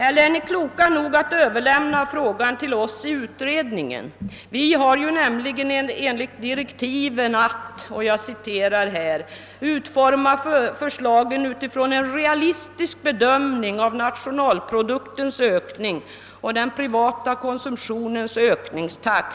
Eller är ni kloka nog att överlämna frågan till oss i utredningen? Vi har nämligen enligt direktiven »att utforma förslagen utifrån en realistisk bedömning av nationalproduktens ökning och den privata konsumtionens ökningstakt».